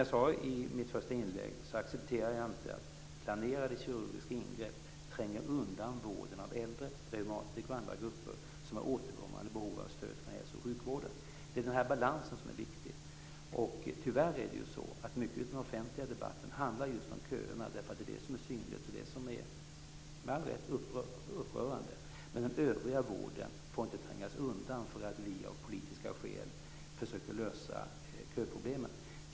Jag accepterar inte att planerade kirurgiska ingrepp tränger undan vården av äldre, reumatiker och andra grupper som har återkommande behov av stöd från hälso och sjukvården. Det är balansen som är viktig. Mycket i den offentliga debatten handlar just om köerna, eftersom det är det som är synligt och upprörande. Men den övriga vården får inte trängas undan för att vi av politiska skäl försöker lösa köproblemen.